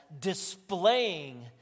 displaying